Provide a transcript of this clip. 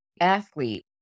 athlete